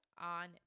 on